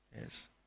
Yes